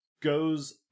goes